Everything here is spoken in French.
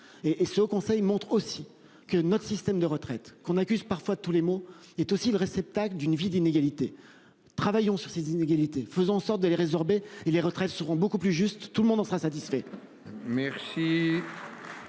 et ce au Conseil montre aussi que notre système de retraite qu'on accuse parfois tous les mots est aussi le réceptacle d'une vie d'inégalités, travaillons sur ces inégalités, faisant en sorte de les résorber et les retraites seront beaucoup plus juste, tout le monde en sera satisfait.